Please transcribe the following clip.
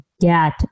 get